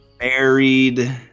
Married